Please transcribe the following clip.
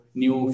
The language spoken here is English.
new